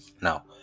Now